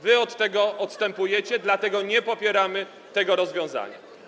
Wy od tego odstępujecie, dlatego nie popieramy tego rozwiązania.